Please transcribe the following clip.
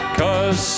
cause